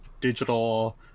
digital